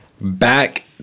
back